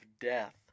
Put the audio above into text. Death